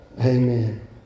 Amen